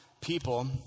people